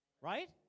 Right